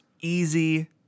Easy